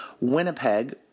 Winnipeg